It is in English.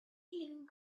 living